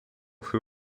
who